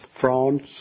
France